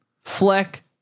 Fleck